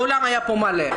האולם היה פה מלא.